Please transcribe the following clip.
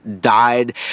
died